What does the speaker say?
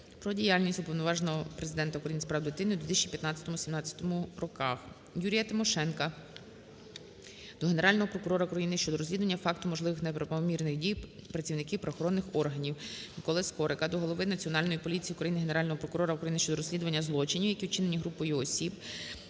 про діяльність Уповноваженого Президента України з прав дитини у 2015-17 роках. ЮріяТимошенка до Генерального прокурора України щодо розслідування факту можливих неправомірних дій працівників правоохоронних органів. Миколи Скорика до голови Національної поліції України, Генерального прокурора України щодо розслідування злочинів, які вчинені групою осіб